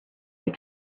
your